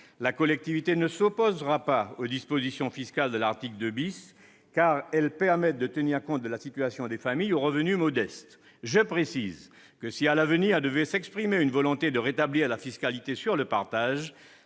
la collectivité ne s'opposera pas aux dispositions fiscales de l'article 2 , car elles permettent de tenir compte de la situation des familles aux revenus modestes. Si, à l'avenir, devait s'exprimer une volonté de rétablir la fiscalité sur le partage,